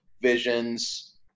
visions